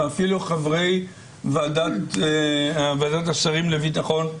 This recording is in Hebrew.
ואפילו חברי ועדת השרים לביטחון,